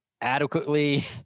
adequately